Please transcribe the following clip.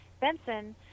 Benson